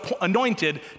anointed